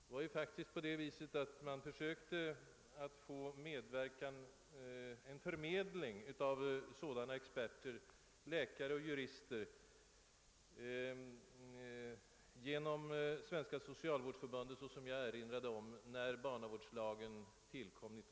Det var ju faktiskt på det sättet att man när barnavårdslagen tillkom år 1960 försökte få till stånd en förmedling av sådana experter — läkare och jurister — genom Svenska socialvårdsförbundet, något som jag tidigare erinrat om.